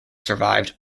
survived